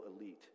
elite